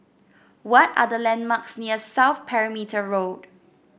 what are the landmarks near South Perimeter Road